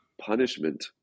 punishment